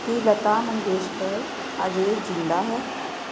ਕੀ ਲਤਾ ਮੰਗੇਸ਼ਕਰ ਅਜੇ ਜ਼ਿੰਦਾ ਹੈ